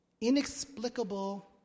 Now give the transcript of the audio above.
inexplicable